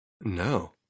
No